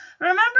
Remember